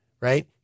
right